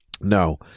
No